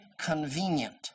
convenient